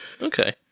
Okay